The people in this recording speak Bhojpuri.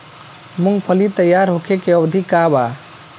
मूँगफली तैयार होखे के अवधि का वा?